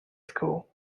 school